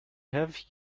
have